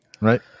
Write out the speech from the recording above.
Right